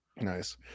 nice